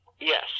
yes